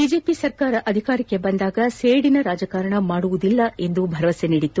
BJP ಸರ್ಕಾರ ಅಧಿಕಾರಕ್ಕೆ ಬಂದಾಗ ಸೇದಿನ ರಾಜಕಾರಣ ಮಾದುವುದಿಲ್ಲ ಎಂಬ ಭರವಸೆ ನೀಡಿತ್ತು